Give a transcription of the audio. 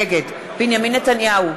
נגד בנימין נתניהו,